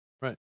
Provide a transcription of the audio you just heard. Right